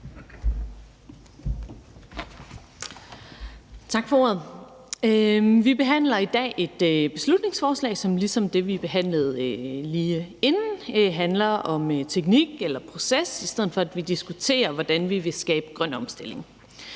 Tak for ordet. Vi behandler i dag et beslutningsforslag, som ligesom det forslag, vi behandlede lige inden, handler om teknik eller proces, i stedet for at vi diskuterer, hvordan vi vil skabe en grøn omstilling.